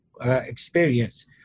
experience